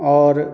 आओर